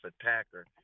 attacker